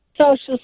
Social